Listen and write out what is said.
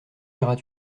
iras